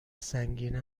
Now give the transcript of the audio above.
سنگین